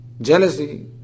jealousy